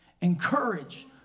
encourage